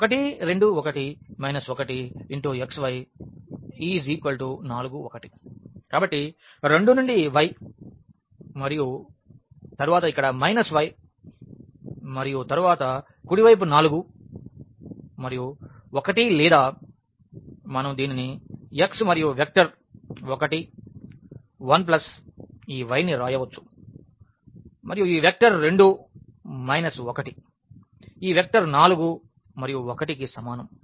1 2 1 1 x y 4 1 కాబట్టి 2 నుండి y మరియు తరువాత ఇక్కడ మైనస్ y మరియు తరువాత కుడి వైపు 4 మరియు 1 లేదా మనం దీనిని x మరియు వెక్టర్ 1 1 ప్లస్ y అని వ్రాయవచ్చు మరియు ఈ వెక్టర్ 2 మైనస్ 1 ఈ వెక్టర్ 4 మరియు 1 కి సమానం